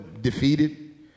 defeated